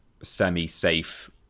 semi-safe